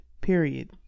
period